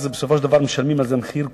אז בסופו של דבר משלמים על זה מחיר כולם,